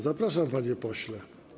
Zapraszam, panie pośle.